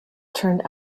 turned